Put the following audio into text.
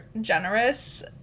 generous